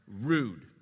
Rude